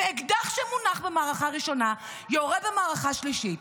ואקדח שמונח במערכה הראשונה יורה במערכה השלישית.